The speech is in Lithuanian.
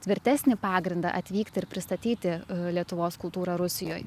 tvirtesnį pagrindą atvykti ir pristatyti lietuvos kultūrą rusijoj